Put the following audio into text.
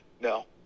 No